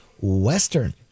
western